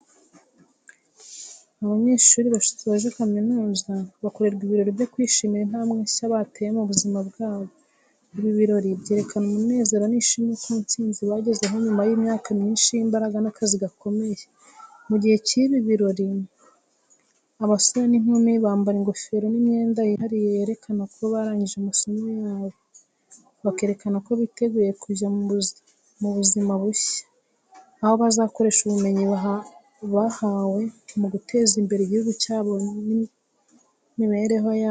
Abanyeshuri basoje kaminuza bakorerwa ibirori byo kwishimira intambwe nshya bateye mu buzima bwabo. Ibi birori byerekana umunezero n’ishimwe ku ntsinzi bagezeho nyuma y’imyaka myinshi y’imbaraga n’akazi gakomeye. Mu gihe cy’ibi birori, abasore n’inkumi bambara ingofero n’imyenda yihariye yerekana ko barangije amasomo yabo, bakerekana ko biteguye kujya mu buzima bushya, aho bazakoresha ubumenyi bahawe mu guteza imbere igihugu cyabo n’imibereho yabo.